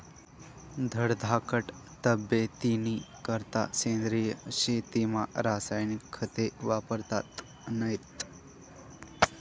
धडधाकट तब्येतनीकरता सेंद्रिय शेतीमा रासायनिक खते वापरतत नैत